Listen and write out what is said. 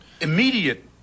Immediate